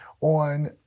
on